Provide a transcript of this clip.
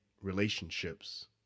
relationships